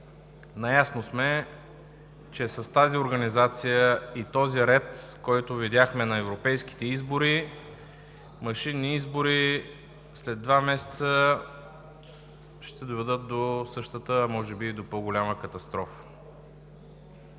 Наясно сме, че с тази организация и този ред, който видяхме на европейските избори, машинни избори след два месеца ще доведат до същата, а може би и до по-голяма катастрофа.